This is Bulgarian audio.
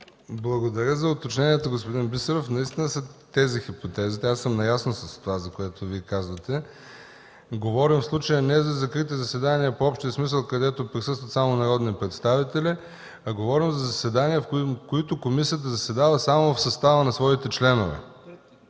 Благодаря за уточнението, господин Бисеров. Наистина са тези хипотезите. Наясно съм с това, което Вие казвате, но в случая говорим не за закрити заседания по общия смисъл, където присъстват само народни представители, а говорим за такива, когато комисията заседава само в състава на своите членове.